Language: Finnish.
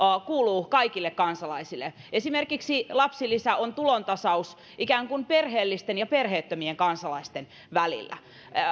kuuluvat kaikille kansalaisille esimerkiksi lapsilisä on tulontasaus ikään kuin perheellisten ja perheettömien kansalaisten välillä